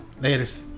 Laters